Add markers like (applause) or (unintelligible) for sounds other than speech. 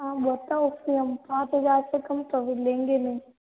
हाँ वो तो (unintelligible) पाँच हज़ार से कम तो अभी लेंगे नहीं